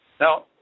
Now